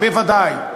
בוודאי.